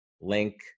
link